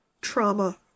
trauma